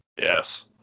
Yes